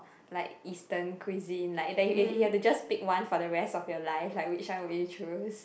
like Eastern cuisine like that you that you have to just pick one for the rest of your life like which one would you choose